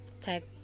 tech